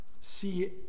see